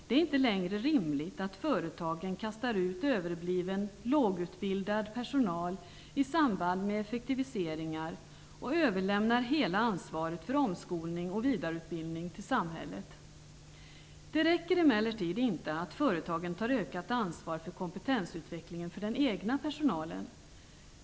Det är inte längre rimligt att företagen kastar ut överbliven lågutbildad personal i samband med effektiviseringar och överlämnar hela ansvaret för omskolning och vidareutbildning till samhället. Det räcker emellertid inte att företagen tar ökat ansvar för kompetensutvecklingen av den egna personalen.